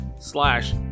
slash